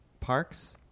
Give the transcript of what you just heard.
Parks